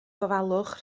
gofalwch